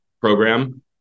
program